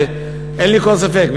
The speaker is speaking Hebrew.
אין לי כל ספק,